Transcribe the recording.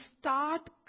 start